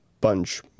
bunch